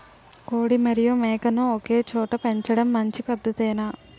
కోడి మరియు మేక ను ఒకేచోట పెంచడం మంచి పద్ధతేనా?